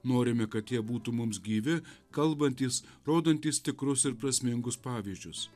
norime kad jie būtų mums gyvi kalbantys rodantys tikrus ir prasmingus pavyzdžius